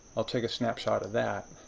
i'll take a snapshot of that.